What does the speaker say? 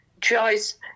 Joyce